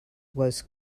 was